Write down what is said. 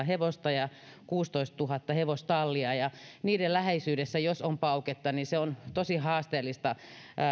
hevosta ja kuusitoistatuhatta hevostallia ja niiden läheisyydessä jos on pauketta niin on tosi haasteellista